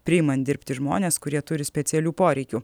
priimant dirbti žmones kurie turi specialių poreikių